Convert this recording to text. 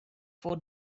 for